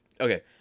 Okay